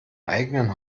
eigenen